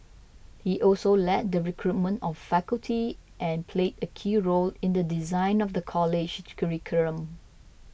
he also led the recruitment of faculty and played a key role in the design of the college's curriculum